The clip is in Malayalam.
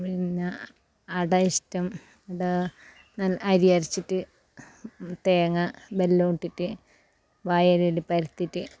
പിന്നെ അട ഇഷ്ട്ടം അട നല്ല അരി അരച്ചിട്ട് തേങ്ങ നല്ലോണം ഇട്ടിറ്റ് വായ ഇലേൽ പരത്തീറ്റ്